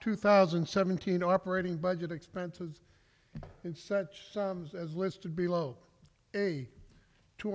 two thousand and seventeen operating budget expenses and such as listed below a two